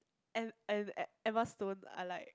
and and Emma-Stone are like